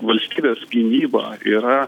valstybės gynyba yra